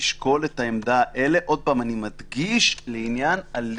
לשקול את העמדה בעניין הליגות